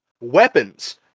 Weapons